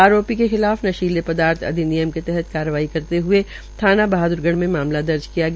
आरोपी के खिलाफ नशीले पदार्थ अधिनियम के तहत कार्यवाही करते हुए थाना बहादुरगढ़ में मामला दर्ज किया गया